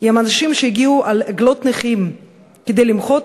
עם אנשים שהגיעו על עגלות נכים כדי למחות